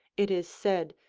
it is said,